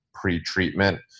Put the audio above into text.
pre-treatment